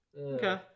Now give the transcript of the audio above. Okay